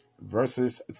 verses